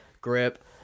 grip